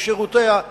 בשירותיה.